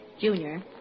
Junior